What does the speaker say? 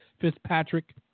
Fitzpatrick